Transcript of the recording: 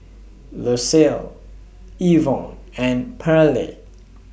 Lucile Evon and Pearley